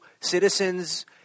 citizens